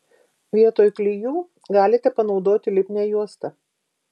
vietoj klijų galite panaudoti lipnią juostą